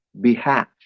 behalf